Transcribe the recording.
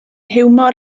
hiwmor